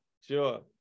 Sure